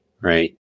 right